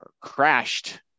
Crashed